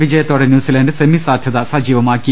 വിജയത്തോടെ New Zealand semi സാധ്യത സജീവമാക്കി